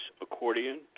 accordion